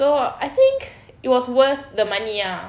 so I think it was worth the money ah